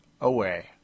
away